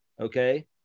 Okay